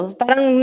parang